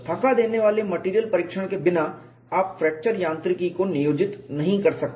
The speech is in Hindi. थका देने वाले मेटेरियल परीक्षण के बिना आप फ्रैक्चर यांत्रिकी को नियोजित नहीं कर सकते